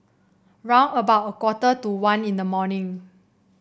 round about a quarter to one in the morning